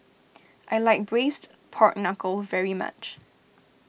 I like Braised Pork Knuckle very much